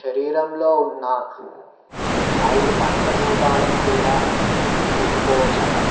శరీరంలో ఉన్న ఐదు పంచభూతాలను కూడా చూసుకోవచ్చు అట